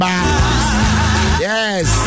Yes